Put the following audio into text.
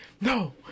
no